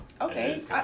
Okay